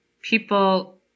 people